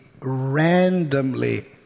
randomly